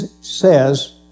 says